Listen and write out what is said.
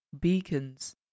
beacons